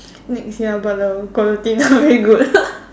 next ya but the quality not very good